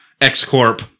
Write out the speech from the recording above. x-corp